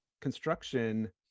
construction